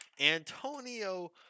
Antonio